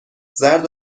زرد